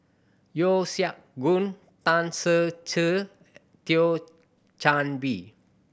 Yeo Siak Goon Tan Ser Cher Thio Chan Bee